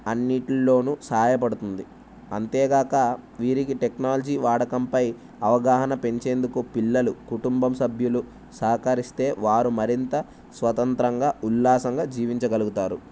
అన్నిటిల్లోనూ సాహాయపడుతుంది అంతేగాక వీరికి టెక్నాలజీ వాడకంపై అవగాహన పెంచేందుకు పిల్లలు కుటుంబం సభ్యులు సహకరిస్తే వారు మరింత స్వతంత్రంగా ఉల్లాసంగా జీవించగలుగుతారు